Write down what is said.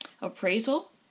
appraisal